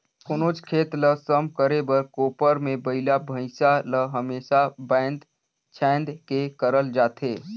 कोनोच खेत ल सम करे बर कोपर मे बइला भइसा ल हमेसा बाएध छाएद के करल जाथे